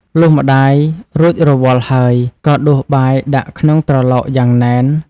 លុះម្ដាយរួចរវល់ហើយ ក៏ដួសបាយដាក់ក្នុងត្រឡោកយ៉ាងណែន។